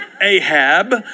Ahab